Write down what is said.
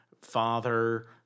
father